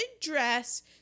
dress